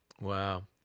Wow